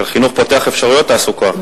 אבל חינוך פותח אפשרויות תעסוקה.